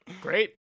Great